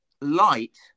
light